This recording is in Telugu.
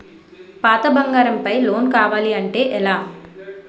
పాత బంగారం పై లోన్ కావాలి అంటే ఎలా?